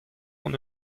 hon